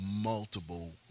multiple